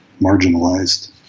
marginalized